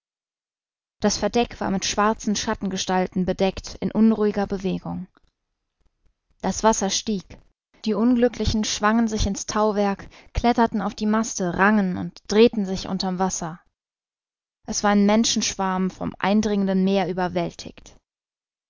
das verdeck war mit schwarzen schattengestalten bedeckt in unruhiger bewegung das wasser stieg die unglücklichen schwangen sich in's tauwerk kletterten auf die maste rangen und drehten sich unter'm wasser es war ein menschenschwarm vom eindringenden meer überwältigt